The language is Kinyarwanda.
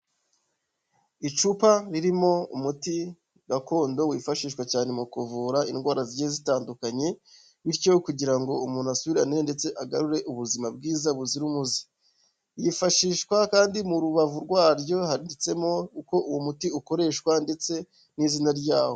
Icupa ririmo umuti gakondo wifashishwa cyane mu kuvura indwara zigiye zitandukanye bityo kugira ngo umuntu asubirane ndetse agarure ubuzima bwiza buzira umuze, wifashishwa kandi mu rubavu rwaryo handitsemo uko uwo muti ukoreshwa ndetse n'izina ryawo.